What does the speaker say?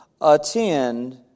Attend